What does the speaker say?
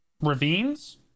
ravines